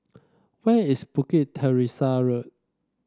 where is Bukit Teresa Road